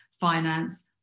finance